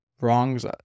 wrongs